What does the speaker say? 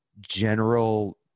general